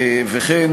כמו כן,